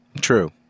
True